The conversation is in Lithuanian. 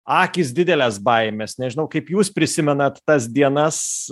akys didelės baimės nežinau kaip jūs prisimenat tas dienas